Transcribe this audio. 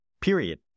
Period